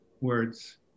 words